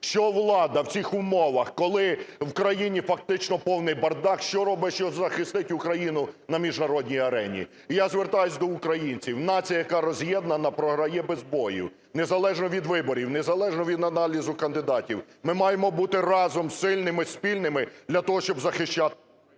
Що влада в цих умовах, коли в країні фактично повний бардак, що робить, щоб захистити Україну на міжнародній арені? Я звертаюсь до українців: нація, яка роз'єднана, програє без бою, незалежно від виборів, незалежно від аналізу кандидатів. Ми маємо бути разом сильними, спільними для того, щоб захищати…